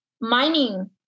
mining